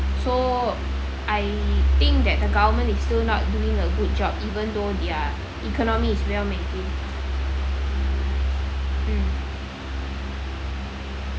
so I think that the government is still not doing a good job even though their economy is well maintain mm